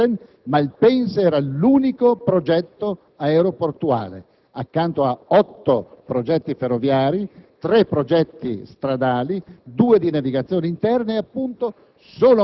che Malpensa non è soltanto un aeroporto lombardo, non è nemmeno solo un aeroporto italiano, ma è una infrastruttura *hub* voluta dall'Unione Europea.